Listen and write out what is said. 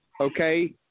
Okay